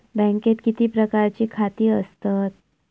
बँकेत किती प्रकारची खाती असतत?